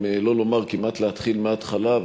אם לא לומר כמעט להתחיל מההתחלה,